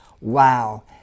Wow